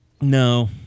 No